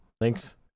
Thanks